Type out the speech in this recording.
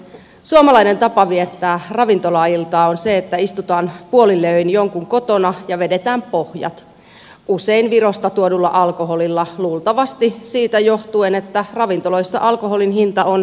suomalainen tapa viettää ravintolailtaa on se että istutaan puolilleöin jonkun kotona ja vedetään pohjat usein virosta tuodulla alkoholilla luultavasti siitä johtuen että ravintoloissa alkoholin hinta on suhteellisen korkea